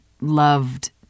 loved